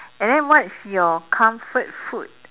and then what is your comfort food